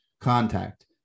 contact